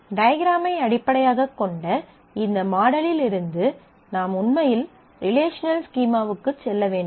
டயக்ராமை அடிப்படையாகக் கொண்ட இந்த மாடலிருந்து நாம் உண்மையில் ரிலேஷனல் ஸ்கீமாவுக்கு செல்ல வேண்டும்